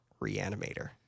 Reanimator